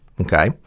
okay